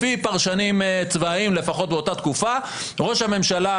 לפי פרשנים צבאיים, לפחות באותה תקופה, ראש הממשלה